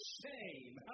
shame